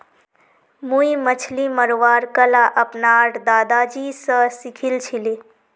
मुई मछली मरवार कला अपनार दादाजी स सीखिल छिले